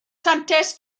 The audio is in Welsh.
santes